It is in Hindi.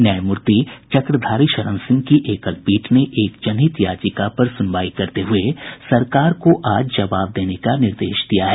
न्यायमूर्ति चक्रधारी शरण सिंह की पीठ ने एक जनहित याचिका पर सुनवाई करते हुए सरकार को आज जबाव देने का निर्देश दिया है